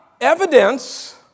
evidence